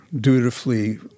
dutifully